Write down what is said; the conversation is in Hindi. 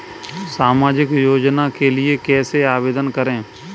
सामाजिक योजना के लिए कैसे आवेदन करें?